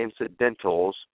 incidentals